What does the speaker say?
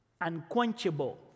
Unquenchable